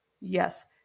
Yes